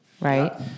right